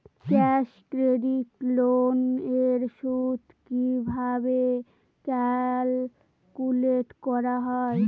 Cash credit loan এর সুদ কিভাবে ক্যালকুলেট করা হয়?